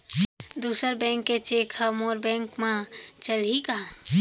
दूसर बैंक के चेक ह मोर बैंक म चलही का?